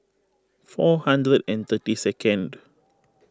four hundred and thirty second